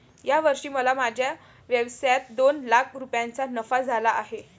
या वर्षी मला माझ्या व्यवसायात दोन लाख रुपयांचा नफा झाला आहे